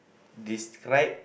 describe